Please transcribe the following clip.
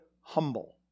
humble